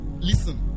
listen